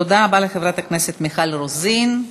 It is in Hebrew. תודה רבה לחברת הכנסת מיכל רוזין.